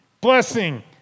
Blessing